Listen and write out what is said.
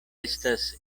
estas